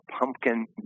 pumpkin